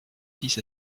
fils